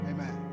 Amen